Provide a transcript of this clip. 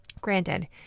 Granted